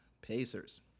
pacers